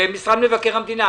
משרד מבקר המדינה.